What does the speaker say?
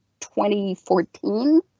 2014